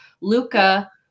Luca